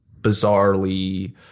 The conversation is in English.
bizarrely